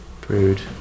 brewed